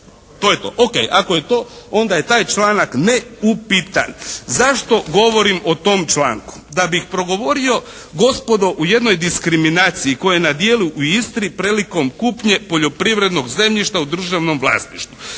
To je to. O.k. Ako je to onda je taj članak neupitan. Zašto govorim o tom članku? Da bih progovorio gospodo u jednoj diskriminaciji koja je na dijelu u Istri prilikom kupnje poljoprivrednog zemljišta u državnom vlasništvu.